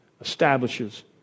establishes